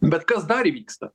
bet kas dar įvyksta